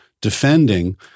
defending